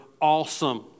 awesome